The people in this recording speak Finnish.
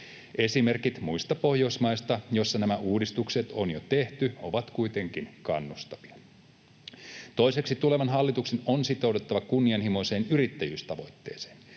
Esimerkit muista Pohjoismaista, joissa nämä uudistukset on jo tehty, ovat kuitenkin kannustavia. Toiseksi tulevan hallituksen on sitouduttava kunnianhimoiseen yrittäjyystavoitteeseen.